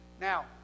Now